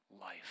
life